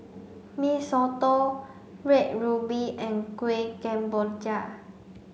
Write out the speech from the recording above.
Mee Soto Red Ruby and Kueh Kemboja